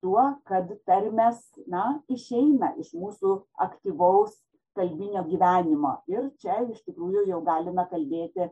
tuo kad tarmės na išeina iš mūsų aktyvaus kalbinio gyvenimo ir čia iš tikrųjų jau galime kalbėti